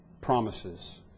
promises